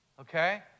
Okay